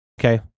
okay